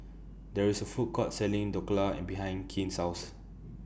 There IS A Food Court Selling Dhokla and behind Quint's House